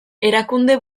erakunde